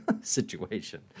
situation